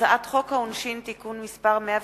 הצעת חוק העונשין (תיקון מס' 105),